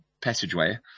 passageway